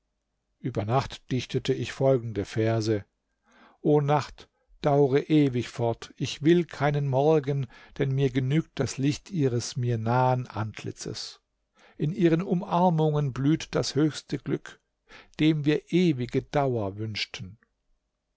über nacht dichtete ich folgende verse o nacht daure ewig fort ich will keinen morgen denn mir genügt das licht ihres mir nahen antlitzes in ihren umarmungen blüht das höchste glück dem wir ewige dauer wünschten